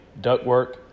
ductwork